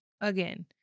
Again